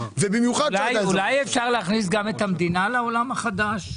אולי אפשר להכניס גם את המדינה לעולם החדש,